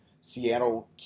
Seattle